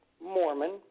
Mormon